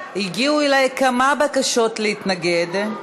הגיעו אלי כמה בקשות להתנגד.